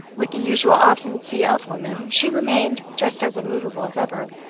with the usual obstinacy of women, she remained just as immovable as ever.